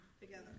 Together